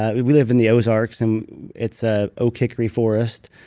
ah we we live in the ozarks, and it's ah oak hickory forest,